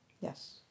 Yes